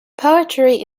poetry